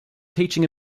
teaching